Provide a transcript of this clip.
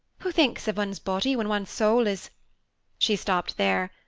who thinks of one's body when one's soul is she stopped there,